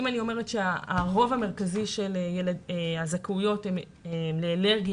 אם אני אומרת שהרוב המרכזי של הזכאויות הן לאלרגיה